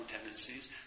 tendencies